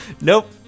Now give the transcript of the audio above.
Nope